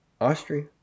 Austria